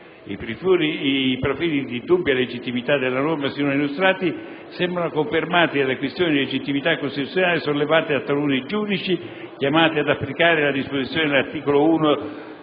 I profili di dubbia legittimità della norma sinora illustrati sembrano confermati dalle questioni di legittimità costituzionale sollevate da taluni giudici, chiamati ad applicare la disposizione di cui all'articolo 1,